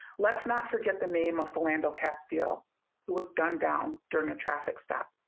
let's not forget the name of philando castille was gunned down during a traffic stop.